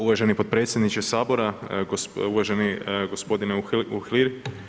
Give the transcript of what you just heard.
Uvaženi potpredsjedniče Sabora, uvaženi gospodine Uhlir.